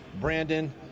Brandon